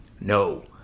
No